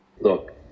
look